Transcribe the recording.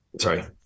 sorry